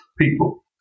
people